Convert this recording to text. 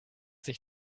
sich